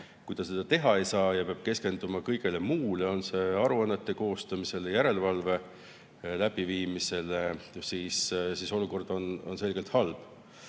Kui ta seda teha ei saa ja peab keskenduma ka kõigele muule – on see aruannete koostamine, järelevalve läbiviimine –, siis on olukord selgelt halb.